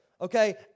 okay